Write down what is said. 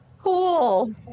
Cool